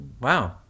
Wow